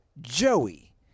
Joey